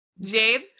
Jade